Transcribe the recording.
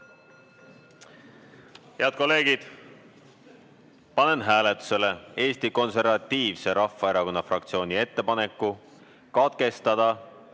Head kolleegid, panen hääletusele Eesti Konservatiivse Rahvaerakonna fraktsiooni ettepaneku katkestada